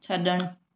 छड॒णु